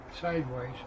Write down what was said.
sideways